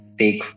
take